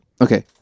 okay